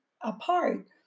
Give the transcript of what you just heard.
apart